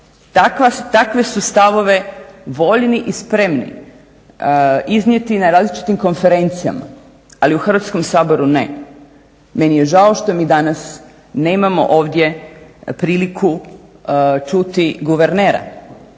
takve su stavove voljni i spremni iznijeti na različitim konferencijama ali u Hrvatskom saboru ne. Meni je žao što mi danas nemamo ovdje priliku čuti guvernera.